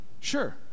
Sure